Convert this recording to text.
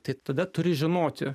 tai tada turi žinoti